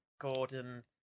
Gordon